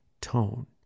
tone